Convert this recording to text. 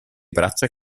braccia